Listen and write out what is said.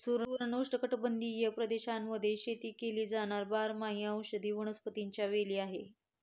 सुरण उष्णकटिबंधीय प्रदेशांमध्ये शेती केली जाणार बारमाही औषधी वनस्पतीच्या वेली आहे